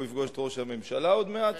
והוא יפגוש את ראש הממשלה עוד מעט,